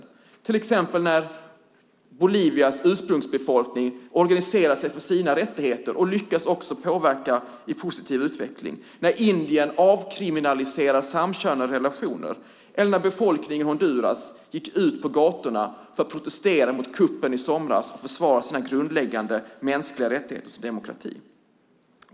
Det gäller till exempel när Bolivias ursprungsbefolkning organiserar sig för sina rättigheter och också lyckas påverka i positiv riktning, när Indien avkriminaliserar samkönade relationer eller när befolkningen i Honduras gick ut på gatorna för att protestera mot kuppen i somras och försvara sina grundläggande mänskliga rättigheter och demokrati.